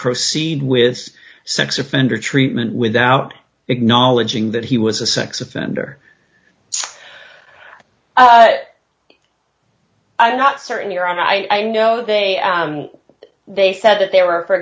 proceed with sex offender treatment without acknowledging that he was a sex offender i am not certain your i know they they said that they were for